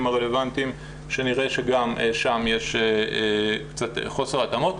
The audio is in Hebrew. הרלוונטיים שנראה שגם שם יש קצת חוסר התאמות.